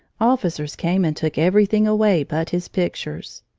officers came and took everything away but his pictures.